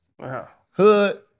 Hood